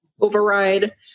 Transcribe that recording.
override